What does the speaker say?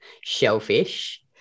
shellfish